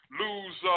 lose